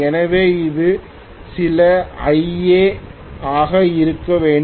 எனவே இது சில Ia ஆக இருக்க வேண்டும்